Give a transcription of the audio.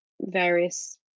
various